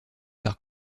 par